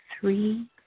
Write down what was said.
three